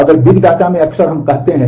इसलिए big data में वह सब शामिल है